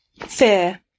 Fear